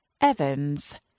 Evans